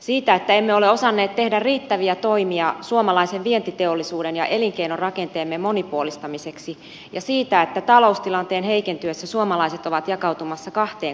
siitä että emme ole osanneet tehdä riittäviä toimia suomalaisen vientiteollisuuden ja elinkeinorakenteemme monipuolistamiseksi ja siitä että taloustilanteen heikentyessä suomalaiset ovat jakautumassa kahteen kastiin